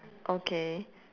okay